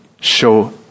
show